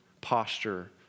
posture